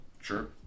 sure